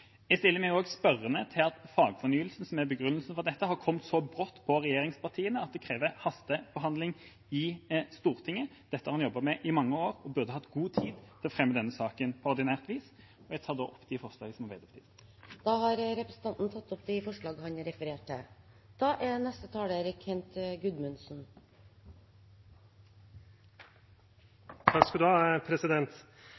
Jeg stiller meg også spørrende til at Fagfornyelsen, som er begrunnelsen for dette, har kommet så brått på regjeringspartiene at de krever hastebehandling i Stortinget. Dette har de jobbet med i mange år, og de burde hatt god tid til å fremme denne saken på ordinært vis. Jeg tar opp de forslagene som Arbeiderpartiet står bak. Representanten Torstein Tvedt Solberg har tatt opp de forslagene som han refererte til. Dette er